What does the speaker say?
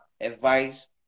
advice